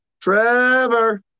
Trevor